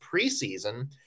preseason